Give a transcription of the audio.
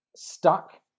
stuck